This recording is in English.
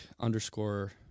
underscore